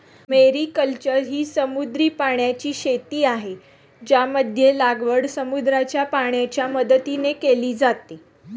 mariculture ही समुद्री पाण्याची शेती आहे, ज्यामध्ये लागवड समुद्राच्या पाण्याच्या मदतीने केली जाते